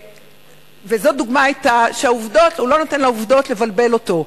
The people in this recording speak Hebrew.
וזאת היתה דוגמה שהוא לא נותן לעובדות לבלבל אותו.